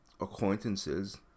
acquaintances